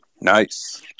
Nice